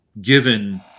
given